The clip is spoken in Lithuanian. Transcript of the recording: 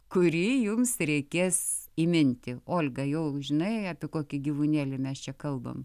kurį jums reikės įminti olga jau žinai apie kokį gyvūnėlį mes čia kalbam